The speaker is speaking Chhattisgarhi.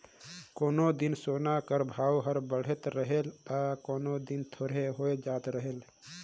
कोनो दिन सोना कर भाव हर बढ़े रहेल ता कोनो दिन थोरहें होए जाए रहेल